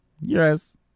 yes